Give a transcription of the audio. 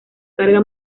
carga